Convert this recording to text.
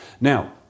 Now